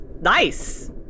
nice